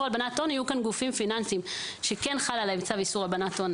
הלבנת הון יהיו כאן גופים פיננסיים שכן חל עליהם צו איסור הלבנת הון.